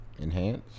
Enhance